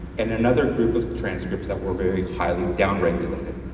and another group of transcripts that were very highly down-regulated.